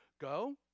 Go